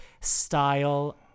style